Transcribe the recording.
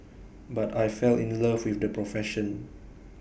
but I fell in love with the profession